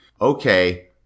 Okay